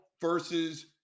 versus